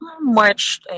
March